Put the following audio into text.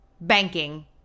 banking